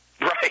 Right